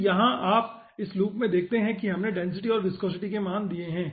फिर यहां आप इस लूप में देखते हैं कि हमने डेंसिटी और विस्कोसिटी के मान दिए हैं